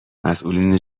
مسئولین